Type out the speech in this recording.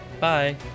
Bye